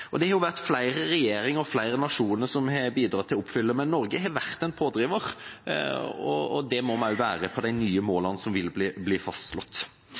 Det har vært flere regjeringer og flere nasjoner som har bidratt til å oppfylle dette, men Norge har vært en pådriver. Det må vi også være for de nye målene som vil bli fastslått.